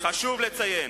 חשוב לציין,